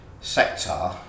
sector